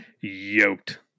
yoked